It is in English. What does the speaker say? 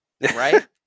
right